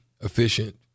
efficient